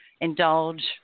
indulge